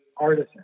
artisan